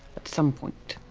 at some point.